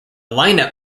lineup